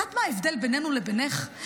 את יודעת מה ההבדל בינינו לבינך,